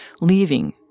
leaving